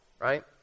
right